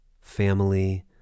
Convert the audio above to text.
family